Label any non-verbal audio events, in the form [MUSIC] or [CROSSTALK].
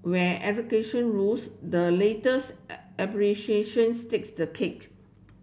where [UNINTELLIGIBLE] rules the latest [UNINTELLIGIBLE] takes the cake